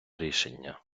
рішення